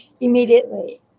immediately